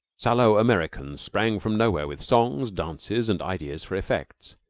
sallow americans sprang from nowhere with songs, dances, and ideas for effects.